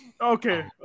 Okay